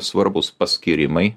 svarbūs paskyrimai